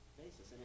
basis